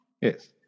Yes